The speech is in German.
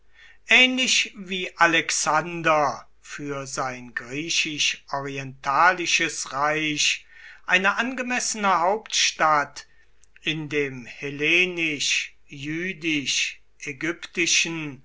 ähnlich wie alexander für sein griechisch orientalisches reich eine angemessene hauptstadt in dem